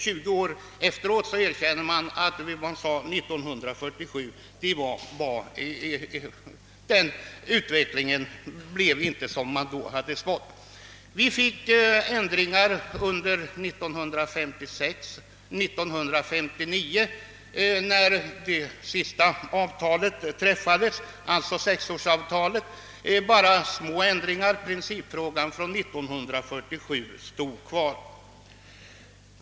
Tjugo år efteråt erkänner man att utvecklingen blev en annan än den man förutspådde 1947. Ändringar i denna jordbrukspolitik gjordes 1956 och 1959, då det sista sexårsavtalet träffades. Det innebar endast små förändringar; principprogrammet från 1947 stod kvar.